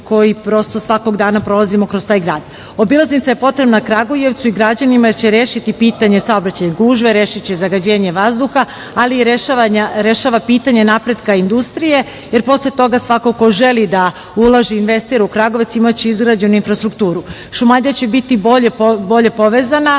koji svakog dana prolazimo kroz taj grad. Obilaznica je potrebna Kragujevcu i građanima jer će rešiti pitanje saobraćajne gužve, rešiće zagađenje vazduha, ali rešava i pitanje napretka industrije, jer posle toga svako ko želi da ulaže, investira u Kragujevac imaće izgrađenu infrastrukturu. Šumadija će biti bolje povezana